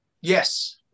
Yes